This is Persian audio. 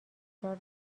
تکرار